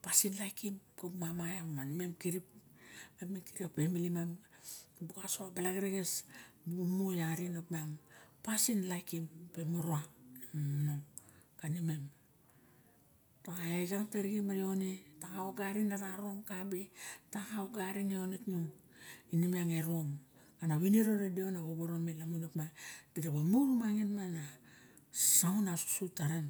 Pasin laikim ma imem xirip. Ami xirip femili mambas mi buxa osoxo a bala gereges, mi bi iarin op miang pasin laikim te moroa, kanimem. Taga engat arixen me ione, taga oxarinera rom kabe, taga orixen e ione tung, ine miang e rom, ana vinoro ra deo na vovono me lamun op ma, dir a ba mur mangin op ma na sangaun a susut teren.